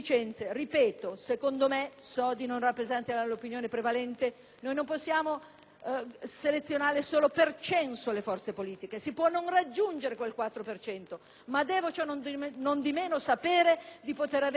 selezionare solo per censo le forze politiche. Posso non raggiungere la soglia del 4 per cento ma devo, ciò nondimeno, sapere di poter avere le risorse per concorrere, per presentare i miei candidati, le mie idee, i miei progetti. Questo è un punto da